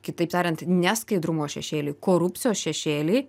kitaip tariant neskaidrumo šešėlį korupcijos šešėlį